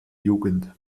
jugend